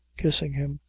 kissing him,